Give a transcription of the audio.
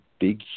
big